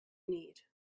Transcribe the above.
need